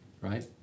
right